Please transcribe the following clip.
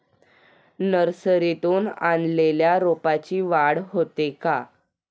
नर्सरीतून आणलेल्या रोपाची वाढ होते का?